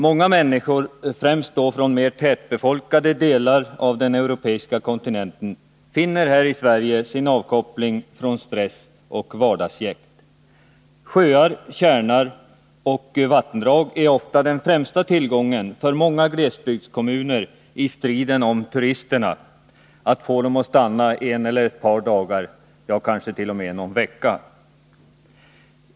Många människor, främst från de mera tätbefolkade delarna av den europeiska kontinenten, finner här i Sverige sin avkoppling från stress och vardagsjäkt. Sjöar, tjärnar och vattendrag är ofta den främsta tillgången för många glesbygdskommuner i striden om turisterna — att få dem att stanna en eller ett par dagar, ja, kanske t.o.m. någon vecka.